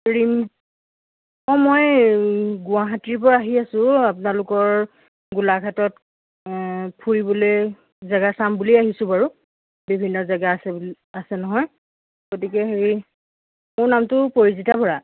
হেৰি অঁ মই গুৱাহাটীৰ পৰা আহি আছোঁ আপোনালোকৰ গোলাঘাটত ফুৰিবলৈ জেগা চাম বুলি আহিছোঁ বাৰু বিভিন্ন জেগা আছে বুলি আছে নহয় গতিকে সেই মোৰ নামটো পৰিজিতা বৰা